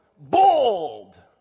Bold